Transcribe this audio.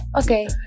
Okay